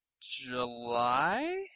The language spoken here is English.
July